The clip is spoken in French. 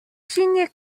signes